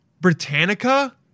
Britannica